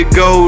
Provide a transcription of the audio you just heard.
go